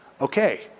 Okay